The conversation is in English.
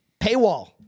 paywall